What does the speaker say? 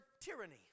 tyranny